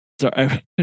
sorry